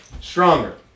stronger